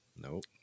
nope